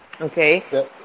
Okay